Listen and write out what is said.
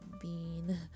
bean